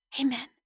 amen